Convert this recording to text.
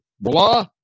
blah